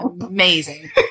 Amazing